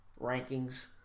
rankings